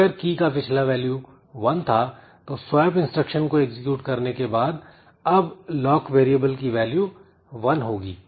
तो अगर key का पिछला वैल्यू 1 था तो स्वैप इंस्ट्रक्शन को एग्जीक्यूट करने के बाद अब लॉक वेरिएबल की वैल्यू 1 होगी